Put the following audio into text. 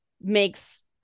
makes